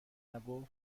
نگفت